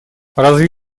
разве